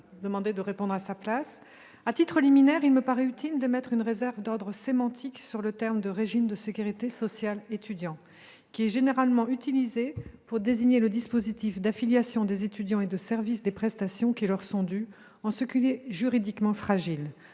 avec le Président de la République. À titre liminaire, il me paraît utile d'émettre une réserve d'ordre sémantique sur la dénomination « régime de sécurité sociale étudiant », qui est généralement utilisée pour désigner le dispositif d'affiliation des étudiants et de service des prestations qui leur sont dues, en ce qu'elle est juridiquement fragile.